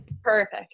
Perfect